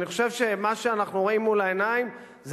אני חושב שמה שאנחנו רואים מול העיניים זה